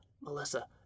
Melissa